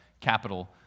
capital